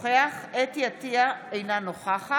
אדוני היושב-ראש, בבקשה לעצור את רון כץ.